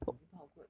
你不怕 awkward